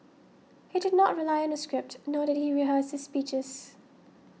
he did not rely on a script nor did he rehearse his speeches